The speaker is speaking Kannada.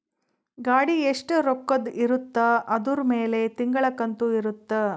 ಗಾಡಿ ಎಸ್ಟ ರೊಕ್ಕದ್ ಇರುತ್ತ ಅದುರ್ ಮೇಲೆ ತಿಂಗಳ ಕಂತು ಇರುತ್ತ